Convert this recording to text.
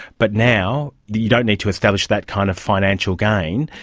but now you don't need to establish that kind of financial gain,